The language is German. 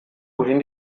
wohin